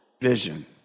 vision